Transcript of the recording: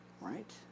right